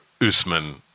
Usman